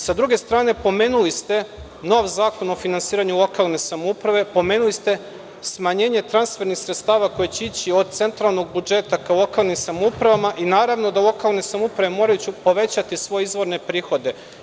Sa druge strane, pomenuli ste nov Zakon o finansiranju lokalne samouprave, pomenuli ste smanjenje transfernih sredstava koje će ići od centralnog budžeta ka lokalnim samoupravama i naravno da lokalne samouprave, moraće povećati svoje izvorne prihode.